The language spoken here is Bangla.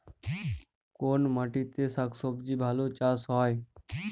কোন মাটিতে শাকসবজী ভালো চাষ হয়?